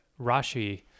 Rashi